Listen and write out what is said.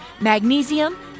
magnesium